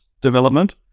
development